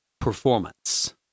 performance